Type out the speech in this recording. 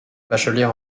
bachelier